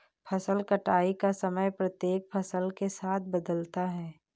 फसल कटाई का समय प्रत्येक फसल के साथ बदलता रहता है